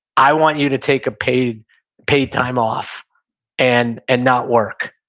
i want you to take a paid paid time off and and not work.